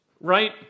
right